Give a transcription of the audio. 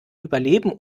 überleben